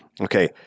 okay